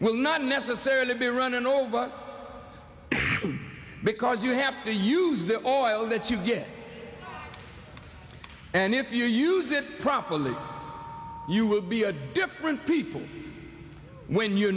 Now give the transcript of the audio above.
will not necessarily be run over because you have to use the oil that you get and if you use it properly you will be a different people when you